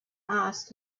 asked